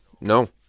no